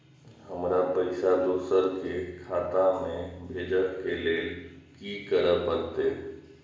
हमरा पैसा दोसर के खाता में भेजे के लेल की करे परते?